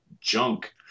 junk